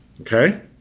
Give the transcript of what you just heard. okay